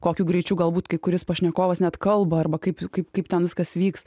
kokiu greičiu galbūt kai kuris pašnekovas net kalba arba kaip kaip kaip ten viskas vyks